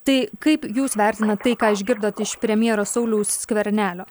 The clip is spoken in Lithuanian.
tai kaip jūs vertinat tai ką išgirdot iš premjero sauliaus skvernelio